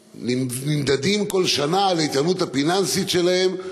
נמדדים כל שנה על האיתנות הפיננסית שלהם.